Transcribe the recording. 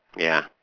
ya